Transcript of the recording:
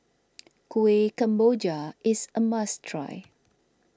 Kuih Kemboja is a must try